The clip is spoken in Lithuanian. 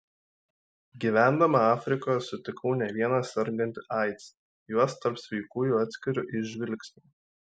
gyvendama afrikoje sutikau ne vieną sergantį aids juos tarp sveikųjų atskiriu iš žvilgsnio